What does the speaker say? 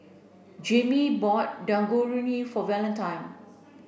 Jaimee bought Dangojiru for Valentine